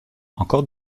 encore